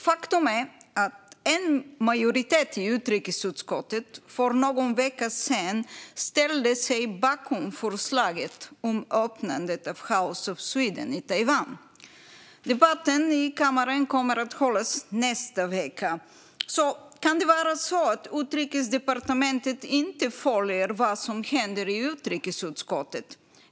Faktum är att en majoritet i utrikesutskottet för någon vecka sedan ställde sig bakom förslaget om öppnandet av House of Sweden i Taiwan. Debatten i kammaren kommer att hållas i nästa vecka. Kan det vara så att Utrikesdepartementet inte följer vad som händer i utrikesutskottet?